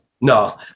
No